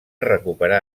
recuperar